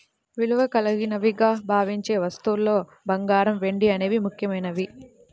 విలువ కలిగినవిగా భావించే వస్తువుల్లో బంగారం, వెండి అనేవి ముఖ్యమైనవి